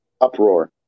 Uproar